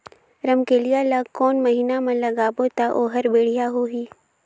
रमकेलिया ला कोन महीना मा लगाबो ता ओहार बेडिया होही?